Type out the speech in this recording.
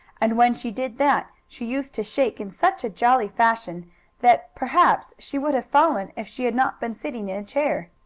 and when she did that she used to shake in such a jolly fashion that, perhaps, she would have fallen if she had not been sitting in a chair.